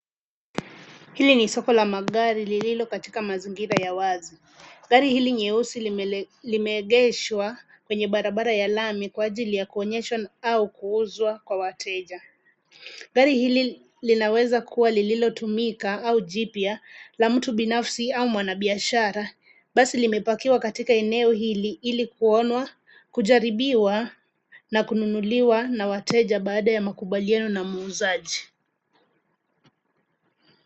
Hili ni soko la magari lililo katika mazingira ya wazi. Gari hili nyeusi limeegeshwa kwenye barabara ya lami kwa ajili la kuonyeshwa au kuuzwa kwa wateja. Gari hili linaweza kua lililotumika au jipya, la mtu binafsi au mwanabiashara. Basi limepakiwa katika eneo hili ili kuonwa, kujaribiwa na kununuliwa na wateja baada ya makubaliano na muuzaji.